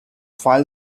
file